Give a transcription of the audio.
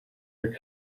are